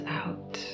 out